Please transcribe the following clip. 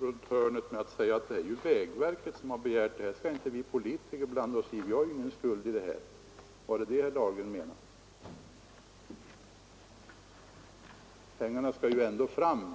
runt hörnet genom att säga att det är vägverket som har begärt pengarna och att vi politiker inte har någon skuld i det. Var det vad herr Dahlgren menade? — Pengarna skall ju ändå fram.